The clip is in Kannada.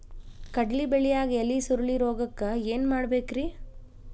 ಕಡ್ಲಿ ಬೆಳಿಯಾಗ ಎಲಿ ಸುರುಳಿರೋಗಕ್ಕ ಏನ್ ಮಾಡಬೇಕ್ರಿ?